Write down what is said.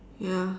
ya